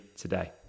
today